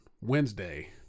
Wednesday